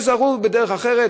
תזהו בדרך אחרת.